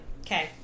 okay